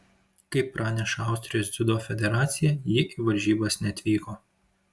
kaip praneša austrijos dziudo federacija ji į varžybas neatvyko